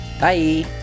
Bye